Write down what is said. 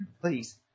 Please